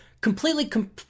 completely